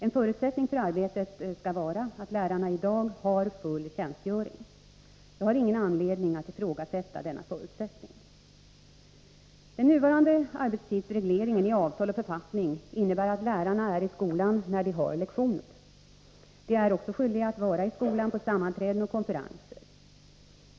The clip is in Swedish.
En förutsättning för arbetet skall vara att lärarna i dag har full tjänstgöring. Jag har ingen anledning att ifrågasätta denna förutsättning. Den nuvarande arbetstidsregleringen i avtal och författning innebär att lärarna är i skolan när de har lektioner. De är också skyldiga att vara i skolan på sammanträden och konferenser.